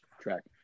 track